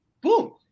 Boom